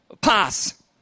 Pass